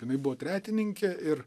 jinai buvo tretininkė ir